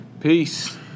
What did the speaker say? Peace